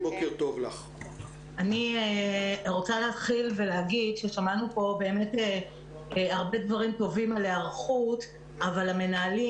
אני רוצה להגיד ששמענו פה הרבה דברים טובים על היערכות אבל המנהלים